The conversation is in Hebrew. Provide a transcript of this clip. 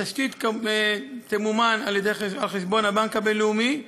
התשתית תמומן על חשבון הבנק הבין-לאומי.